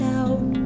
out